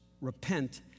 Repent